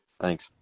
Thanks